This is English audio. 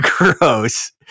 gross